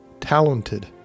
talented